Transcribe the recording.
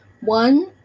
One